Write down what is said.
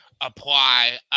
apply